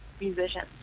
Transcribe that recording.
musicians